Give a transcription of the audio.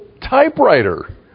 typewriter